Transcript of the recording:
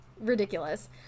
ridiculous